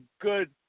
good